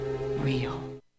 real